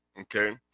okay